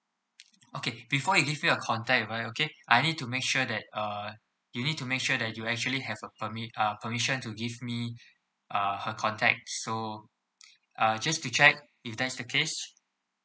okay before you give me her contact right okay I need to make sure that uh you need to make sure that you actually have a permit uh permission to give me uh her contact so uh just to check if that is the case